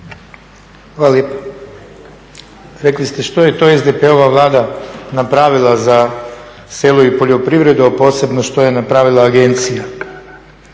Hvala lijepa. Rekli ste što je to SDP-ova Vlada napravila za selo i poljoprivredu a posebno što je napravila agencija.